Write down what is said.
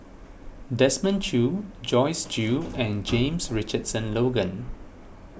Desmond Choo Joyce Jue and James Richardson Logan